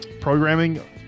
programming